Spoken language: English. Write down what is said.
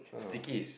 stickies